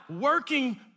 working